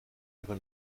ihre